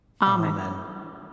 Amen